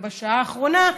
בשעה האחרונה,